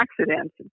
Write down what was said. accidents